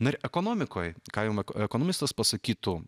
na ir ekonomikoj kaimo ekonomistas pasakytų